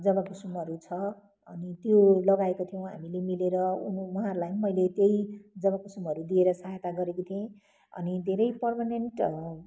जवाकुसुमहरू छ अनि त्यो लगाएको चाहिँ हामीले मिलेर उहाँहरूलाई म मैले त्यही जवाकुसुमहरू दिएर सहायता गरेकी थिएँ अनि धेरै पर्मनेन्ट